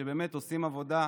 שבאמת עושים עבודה.